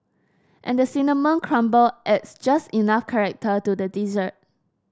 and the cinnamon crumble adds just enough character to the dessert